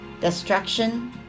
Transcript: Destruction